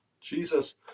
Jesus